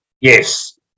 Yes